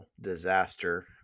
disaster